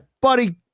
buddy